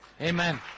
Amen